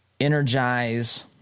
energize